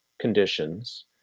conditions